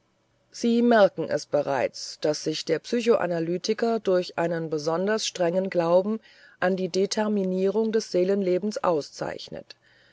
sie merken es bereits daß sich der psychoanalytiker durch einen besonders strengen glauben an die determinierung des seelenlebens auszeichnet